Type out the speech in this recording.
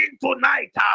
tonight